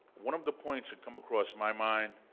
one of the points that come across my mind,